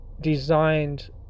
designed